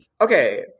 okay